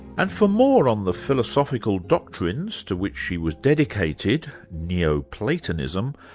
and for more on the philosophical doctrines to which she was dedicated, neo-platonism,